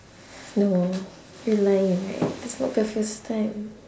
no you're lying right that's not the first time